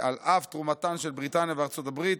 ועל אף תרומתן של בריטניה וארצות הברית,